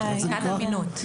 חזקת אמינות.